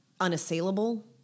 unassailable